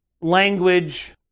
language